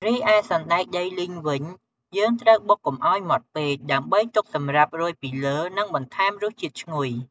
រីឯសណ្ដែកដីលីងវិញយើងត្រូវបុកកុំឲ្យម៉ត់ពេក ដើម្បីទុកសម្រាប់រោយពីលើ និងបន្ថែមរសជាតិឈ្ងុយ។